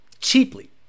cheaply